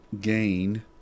gain